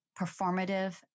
performative